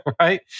right